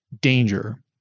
danger